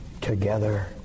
together